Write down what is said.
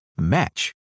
match